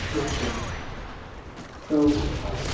okay so అవి